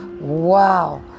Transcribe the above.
Wow